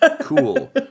Cool